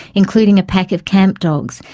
including a pack of camp dogs,